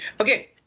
Okay